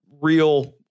real